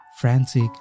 frantic